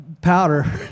powder